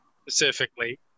specifically